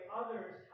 others